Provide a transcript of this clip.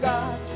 God